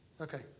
okay